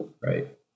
Right